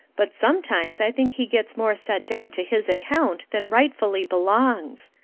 but sometimes i think he gets more set down to his account than rightfully belongs.